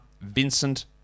Vincent